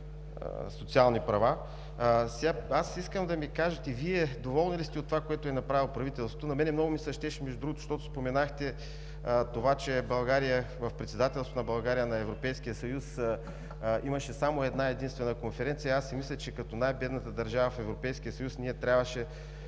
социални права. Искам да ми кажете Вие доволни ли сте от това, което е направило правителството? На мен много ми се щеше да кажа между другото, защото споменахте това, че при Председателството на България на Европейския съюз имаше само една единствена конференция, мисля си, че като най-бедната държава в Европейския съюз Европейският